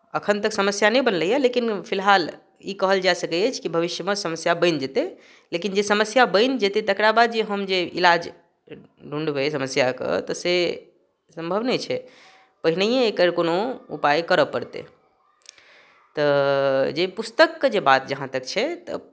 एखन तक समस्या नहि बनलैए लेकिन फिलहाल ई कहल जा सकैत अछि कि भविष्यमे समस्या बनि जेतै लेकिन जे समस्या बनि जेतै तकरा बाद जे हम जे इलाज ढूँढबै समस्याके तऽ से संभव नहि छै पहिनैए एकर कोनो उपाय करय पड़तै तऽ जे पुस्तकके जे बात जहाँ तक छै तऽ